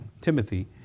Timothy